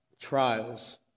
trials